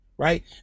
Right